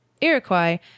Iroquois